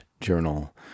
Journal